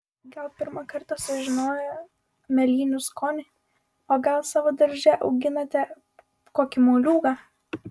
gal pirmą kartą sužinojo mėlynių skonį o gal savo darže auginate kokį moliūgą